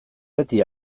beti